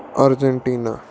Argentina